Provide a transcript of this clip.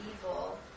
evil